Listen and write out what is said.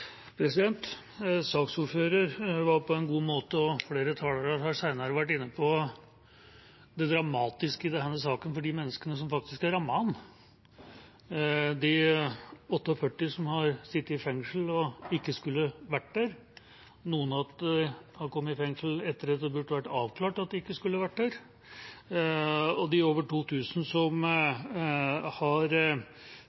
på en god måte vært inne på det dramatiske med denne saken for de menneskene som faktisk er rammet av den: de 48 som har sittet i fengsel og ikke skulle ha vært der, noen har kommet i fengsel etter at det burde vært avklart at de ikke skulle ha vært der, og de over 2 000 som